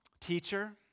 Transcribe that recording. Teacher